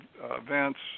events